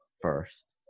first